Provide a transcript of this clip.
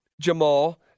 Jamal